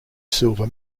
silver